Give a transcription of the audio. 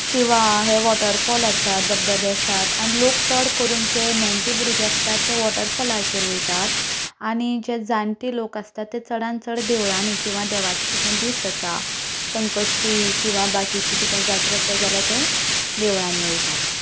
शिवा हे वॉटरलफॉल आसात धबधबे आसात आनी लोक चड करून जे नेणटे भुरगे आसतात ते वॉटरफॉलाचेर वयतात आनी जे जाणटे लोक आसतात ते चडांत चड देवळांनी किंवा देवाचे कितें दीस आसा संकश्टी किंवा बाकीचे कितें जात्रा आसा जाल्यार ते देवळांनी वयतात